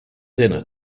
dinner